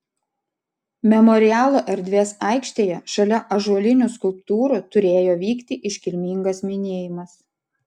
memorialo erdvės aikštėje šalia ąžuolinių skulptūrų turėjo vykti iškilmingas minėjimas